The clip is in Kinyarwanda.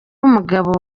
umugabo